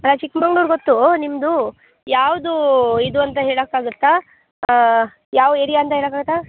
ಅಲ್ಲ ಚಿಕ್ಮಂಗ್ಳೂರು ಗೊತ್ತು ನಿಮ್ಮದು ಯಾವುದು ಇದು ಅಂತ ಹೇಳೋಕ್ಕಾಗತ್ತಾ ಯಾವ ಏರಿಯಾ ಅಂತ ಹೇಳೋಕಾಗತ್ತಾ